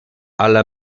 alla